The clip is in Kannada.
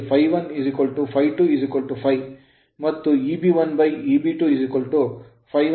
ಮತ್ತು Eb1 Eb2 ∅1n1 ∅2n2 ಆಗಿರುತ್ತದೆ